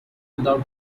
without